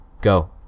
Go